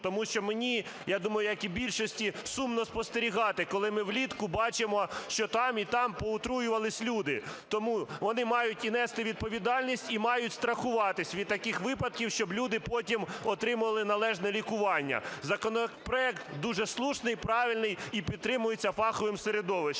тому що мені, я думаю, як і більшості, сумно спостерігати, коли ми влітку бачимо, що там і там поотруювалися люди. Тому вони мають і нести відповідальність, і мають страхуватися від таких випадків, щоб люди потім отримували належне лікування. Законопроект дуже слушний, правильний, і підтримується фаховим середовищем.